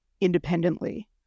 independently